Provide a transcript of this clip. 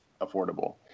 affordable